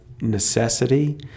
necessity